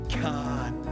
God